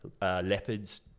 Leopards